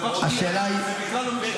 דבר שני, זה בכלל לא משנה.